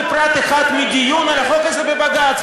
בפרט אחד מדיון על החוק הזה בבג"ץ,